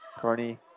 Carney